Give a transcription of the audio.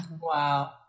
Wow